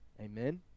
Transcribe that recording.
Amen